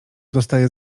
dostaję